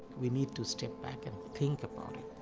we need to step back and think about it.